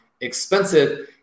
expensive